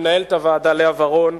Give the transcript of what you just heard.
למנהלת הוועדה לאה ורון,